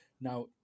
Now